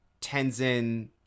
Tenzin